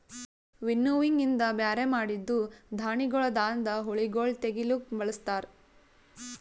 winnowing ಇಂದ ಬ್ಯಾರೆ ಮಾಡಿದ್ದೂ ಧಾಣಿಗೊಳದಾಂದ ಹುಳಗೊಳ್ ತೆಗಿಲುಕ್ ಬಳಸ್ತಾರ್